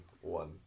one